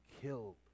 killed